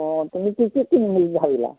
অ তুমি কি কি কিনিম বুলি ভাবিলা